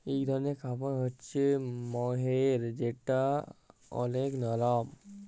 ইক ধরলের কাপড় হ্য়চে মহের যেটা ওলেক লরম